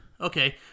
Okay